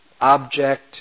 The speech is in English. object